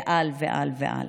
ועל ועל ועל.